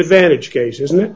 advantage case isn't it